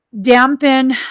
dampen